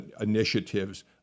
initiatives